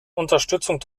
unterstützung